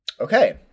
Okay